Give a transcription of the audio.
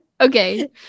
Okay